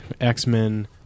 X-Men